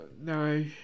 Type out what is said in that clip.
No